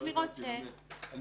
(היו"ר ניסן סלומינסקי,